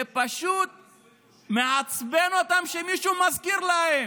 זה פשוט מעצבן אותם שמישהו מזכיר להם.